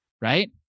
right